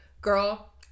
girl